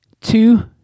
two